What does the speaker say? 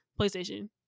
playstation